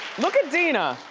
look at dina.